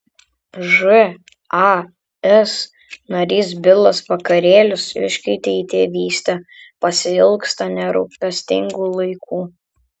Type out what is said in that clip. žas narys bilas vakarėlius iškeitė į tėvystę pasiilgsta nerūpestingų laikų